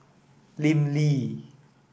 Lim Lee